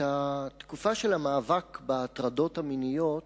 שבתקופה של המאבק בהטרדות המיניות